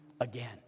again